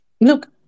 look